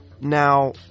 now